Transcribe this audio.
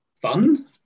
fun